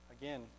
Again